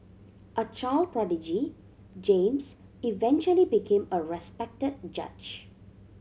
a child prodigy James eventually became a respected judge